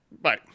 bye